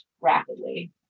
rapidly